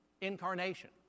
Incarnation